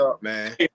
man